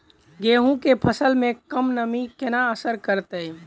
गेंहूँ केँ फसल मे कम नमी केना असर करतै?